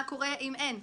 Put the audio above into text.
מה קורה אם אין?